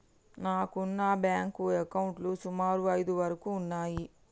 నాకున్న బ్యేంకు అకౌంట్లు సుమారు ఐదు వరకు ఉన్నయ్యి